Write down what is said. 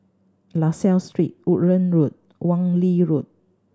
La Salle Street Woodlands Road Wan Lee Road